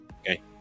okay